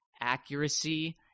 accuracy